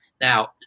Now